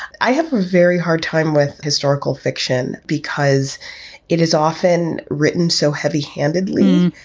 i have a very hard time with historical fiction because it is often written so heavy handedly.